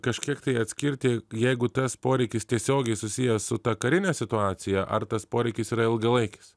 kažkiek tai atskirti jeigu tas poreikis tiesiogiai susijęs su ta karine situacija ar tas poreikis yra ilgalaikis